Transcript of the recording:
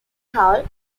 hall